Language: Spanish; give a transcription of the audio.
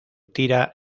tira